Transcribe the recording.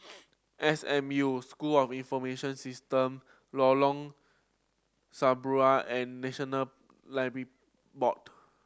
S M U School of Information System Lorong Serambi and National Library Board